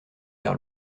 vers